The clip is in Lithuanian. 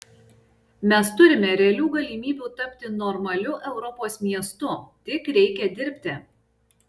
mes turime realių galimybių tapti normaliu europos miestu tik reikia dirbti